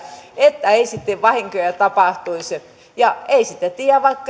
että ei sitten vahinkoja tapahtuisi ja ei sitä tiedä vaikka